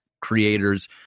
creators